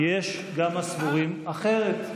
יש גם הסבורים אחרת.